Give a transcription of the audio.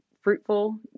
fruitful